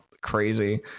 crazy